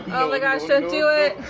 oh my gosh don't do it.